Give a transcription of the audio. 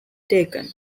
taken